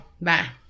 bye